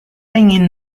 ingin